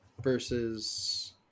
versus